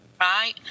Right